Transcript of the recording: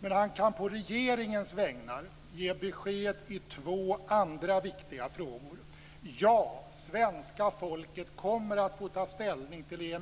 Men han kan på regeringens vägnar ge besked i två andra viktiga frågor: · Ja, svenska folket kommer att få ta ställning till ·